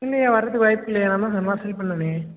இல்லையே வரதுக்கு வாய்ப்பில்லையே நான் தான் நல்லா ஃபில் பண்ணனே